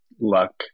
luck